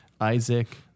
Isaac